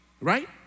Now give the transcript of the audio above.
Right